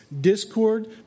discord